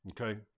okay